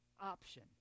option